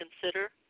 consider